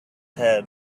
head